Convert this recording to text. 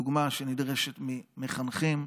דוגמה שנדרשת ממחנכים,